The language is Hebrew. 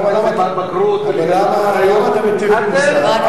למה, בגרות, אחריות, אבל, למה אתה מטיף מוסר?